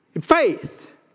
Faith